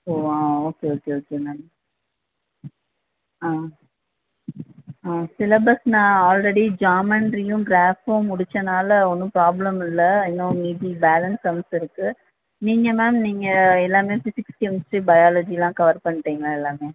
ஓ ah okay okay okay ma'am ah ah syllabus நான் already ஜாமென்ட்ரியும் க்ராஃபும் முடிச்சனால ஒன்றும் ப்ராப்லம் இல்லை இன்னும் மீதி பேலன்ஸ் சம்ஸ் இருக்குது நீங்கள் மேம் நீங்கள் எல்லாமே ஃபிஸிக்ஸ் கெமிஸ்ட்ரி பையாலஜிலாம் கவர் பண்ணிடீங்களா எல்லாமே